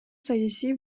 саясий